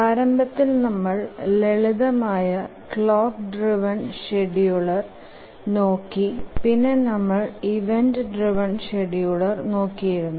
പ്രാരംഭത്തിൽ നമ്മൾ ലളിതമായ clock driven scheduler നോക്കി പിന്നെ നമ്മൾ ഇവന്റ് ഡ്രൈവ്എൻ ഷ്ഡ്യൂളർ നോക്കിയിരുന്നു